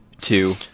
two